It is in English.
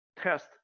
test